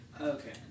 Okay